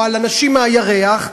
או על אנשים מהירח,